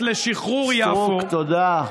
סטרוק, תודה.